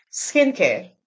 skincare